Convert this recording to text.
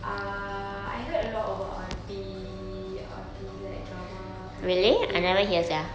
uh I heard a lot about R_P R_P like drama R_P